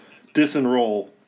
disenroll